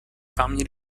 parmi